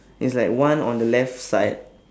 it's like one on the left side